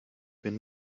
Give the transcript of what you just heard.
been